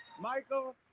Michael